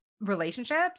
relationships